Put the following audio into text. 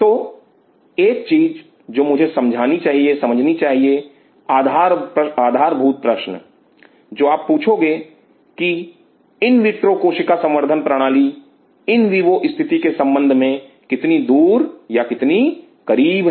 तो एक चीज जो मुझे समझनी चाहिए आधारभूत प्रश्न जो आप पूछोगे कि इन विट्रो कोशिका संवर्धन प्रणाली इन विवो स्थिति के संबंध में कितनी दूर या कितने करीब है